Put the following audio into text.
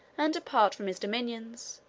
and depart from his dominions,